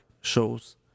shows